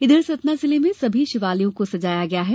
इधर सतना जिले में सभी शिवालयो को सजाया गया है